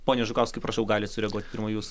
pone žukauskai prašau galit sureaguot pirma jūs